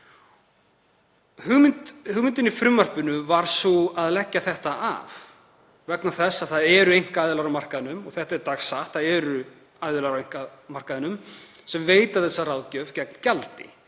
Hugmyndin í frumvarpinu var sú að leggja þetta af vegna þess að það eru einkaaðilar á markaðnum. Og það er dagsatt, það eru aðilar á einkamarkaðnum sem veita þessa ráðgjöf gegn gjaldi.